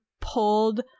pulled